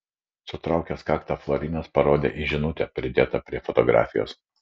suraukęs kaktą florinas parodė į žinutę pridėtą prie fotografijos